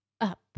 up